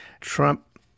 Trump